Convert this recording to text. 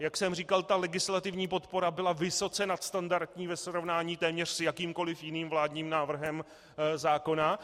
Jak jsem říkal, legislativní podpora byla vysoce nadstandardní ve srovnání téměř s jakýmkoliv jiným vládním návrhem zákona.